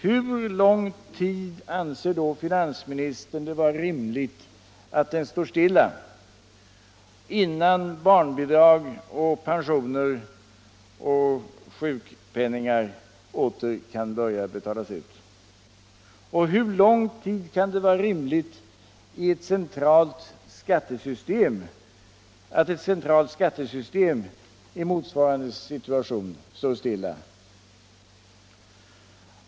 Hur lång tid anser finansministern det vara rimligt att den står stilla innan barnbidrag, pensioner och sjukpenningar åter kan börja betalas ut? Och hur lång tid kan det vara rimligt att ett centralt — Nr 96 skattesystem i motsvarande situation står stilla?